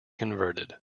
converted